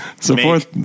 support